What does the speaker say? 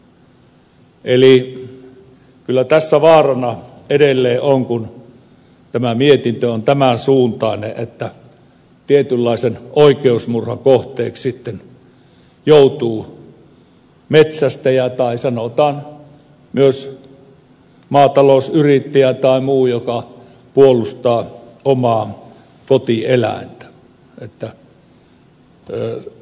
eli kyllä tässä vaarana edelleen on kun tämä mietintö on tämän suuntainen että tietynlaisen oikeusmurhan kohteeksi sitten joutuu metsästäjä tai sanotaan myös maatalousyrittäjä tai muu joka puolustaa omaa kotieläintään